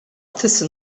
tusa